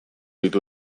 ditu